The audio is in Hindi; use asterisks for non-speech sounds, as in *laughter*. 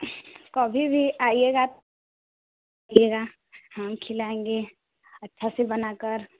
कभी भी आइएगा *unintelligible* हम खिलाएंगे अच्छा से बनाकर